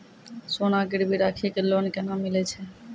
सोना गिरवी राखी कऽ लोन केना मिलै छै?